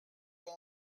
pas